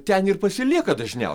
ten ir pasilieka dažniau